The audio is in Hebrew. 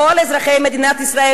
כל אזרחי מדינת ישראל,